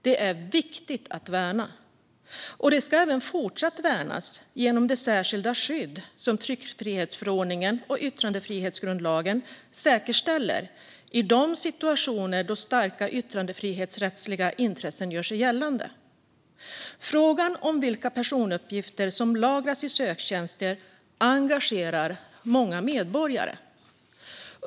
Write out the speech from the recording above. Det är viktigt att värna, och det ska även fortsatt värnas genom det särskilda skydd som tryckfrihetsförordningen och yttrandefrihetsgrundlagen säkerställer i de situationer där starka yttrandefrihetsrättsliga intressen gör sig gällande. Frågan om vilka personuppgifter som lagras i söktjänster engagerar många medborgare.